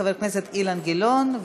חבר הכנסת אילן גילאון,